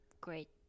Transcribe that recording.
great